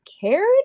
cared